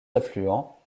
affluents